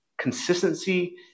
consistency